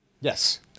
Yes